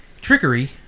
trickery